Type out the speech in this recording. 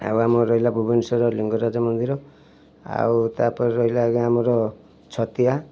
ଆଉ ଆମର ରହିଲା ଭୁବନେଶ୍ୱରର ଲିଙ୍ଗରାଜ ମନ୍ଦିର ଆଉ ତାପରେ ରହିଲା ଆଜ୍ଞା ଆମର ଛତିଆ